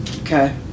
Okay